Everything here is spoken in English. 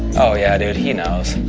oh, yeah, dude. he knows.